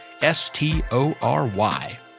S-T-O-R-Y